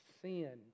sin